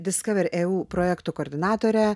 discovereu projektų koordinatore